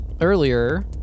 earlier